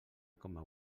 coma